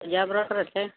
Rija ബ്രോക്കറല്ലേ